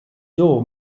door